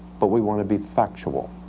but we want to be factual.